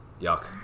yuck